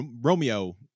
romeo